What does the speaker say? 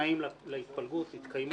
שהתנאים להתפלגות התקיימו.